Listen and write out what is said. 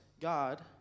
God